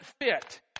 fit